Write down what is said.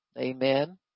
amen